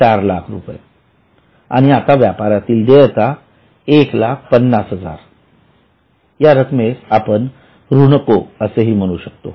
४००००० आणि आता व्यापारातील देयता १५०००० या रक्कमेस आपण ऋणको असेही म्हणू शकतो